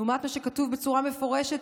לעומת מה שכתוב בצורה מפורשת,